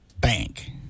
bank